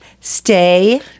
Stay